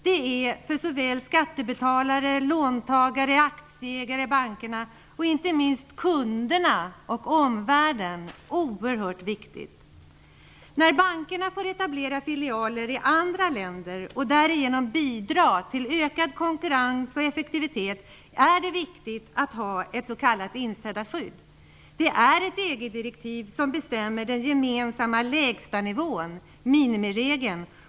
Det är oerhört viktigt för såväl skattebetalare som låntagare, aktieägare, banker och, inte minst, för kunderna och omvärlden. När bankerna får etablera filialer i andra länder och därigenom bidra till ökad konkurrens och effektivitet är det viktigt att ha ett så kallat insättarskydd. Det är ett EG-direktiv som bestämmer den gemensamma lägstanivån, minimiregeln.